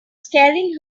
scaring